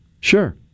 Sure